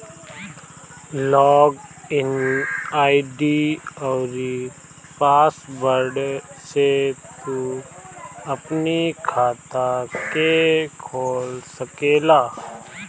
log in ID अउरी password से तू अपनी खाता के खोल सकेला